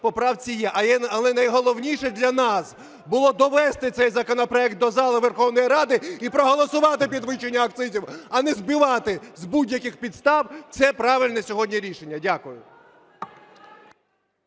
поправці є. Але найголовніше для нас було довести цей законопроект до зали Верховної Ради і проголосувати підвищення акцизів, а не збивати з будь-яких підстав це, правильне сьогодні рішення. Дякую.